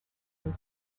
and